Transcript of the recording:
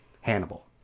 Hannibal